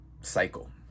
cycle